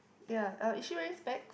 ya uh is she wearing specs